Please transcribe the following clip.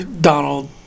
Donald